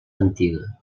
antiga